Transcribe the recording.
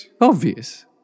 obvious